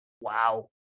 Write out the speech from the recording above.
wow